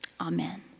Amen